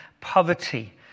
poverty